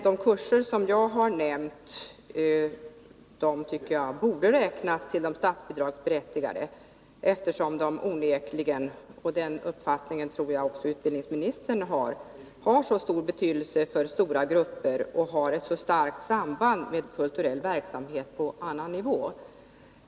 De kurser som jag har nämnt tycker jag dock borde räknas till de statsbidragsberättigade, eftersom de onekligen — och den uppfattningen tror jag också utbildningsministern har — har så stor betydelse för stora grupper och har ett så starkt samband med kulturell verksamhet på annan nivå.